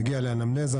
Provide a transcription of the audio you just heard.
מגיע לאנמנזה,